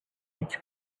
its